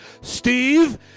Steve